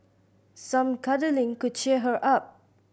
some cuddling could cheer her up